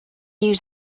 use